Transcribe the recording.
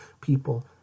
people